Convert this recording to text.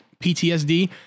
PTSD